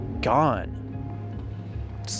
gone